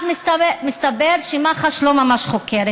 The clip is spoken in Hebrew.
אז מסתבר שמח"ש לא ממש חוקרת.